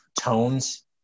tones